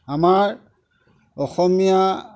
আমাৰ অসমীয়া